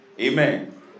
Amen